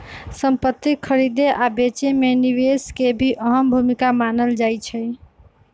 संपति खरीदे आ बेचे मे निवेश के भी अहम भूमिका मानल जाई छई